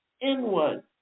inward